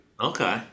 Okay